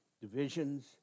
divisions